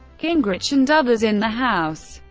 gingrich and others in the house,